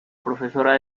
profesora